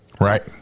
Right